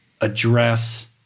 address